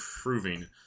improving